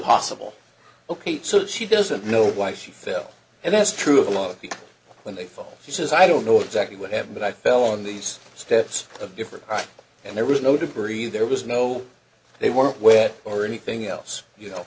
possible ok so she doesn't know why she fell and that's true of a lot of people when they fall she says i don't know exactly what happened but i fell on these steps of different eyes and there was no debris there was no they weren't wet or anything else you know